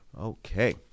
okay